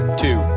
two